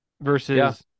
Versus